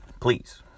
Please